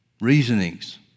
reasonings